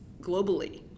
globally